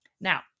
now